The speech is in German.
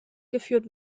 geführt